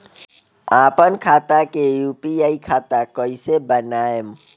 आपन खाता के यू.पी.आई खाता कईसे बनाएम?